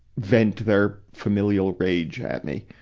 vent their familial rage at me.